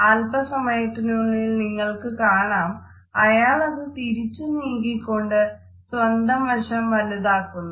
അല്പസമയത്തിനുള്ളിൽ നിങ്ങൾക്കു കാണാം അയാളത് തിരിച്ച് നീക്കിക്കൊണ്ട് സ്വന്തം വശം വലുതാക്കുന്നത്